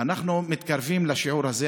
אנחנו מתקרבים לשיעור הזה.